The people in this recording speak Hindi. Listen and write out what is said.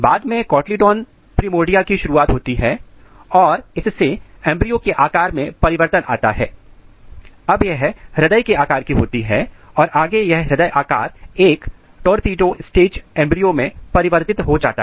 बाद में कोटलीडॉन प्रिमोर्डिया की शुरुआत होती है और इससे एंब्रियो के आकार में परिवर्तन आता है अब यह हृदय के आकार की होती है और आगे यह ह्रदय आकार एक टोरपीडो स्टेज एंब्रियो मैं परिवर्तित हो जाता है